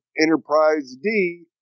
Enterprise-D